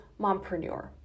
mompreneur